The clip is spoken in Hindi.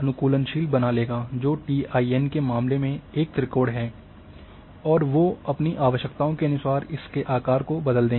अनुकूलनशील बना लेगा जो टीआईएन के मामले में एक त्रिकोण हैं और वो अपनी आवश्यकताओं के अनुसार इसके आकार को बदल देंगे